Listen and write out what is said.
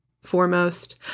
foremost